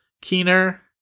keener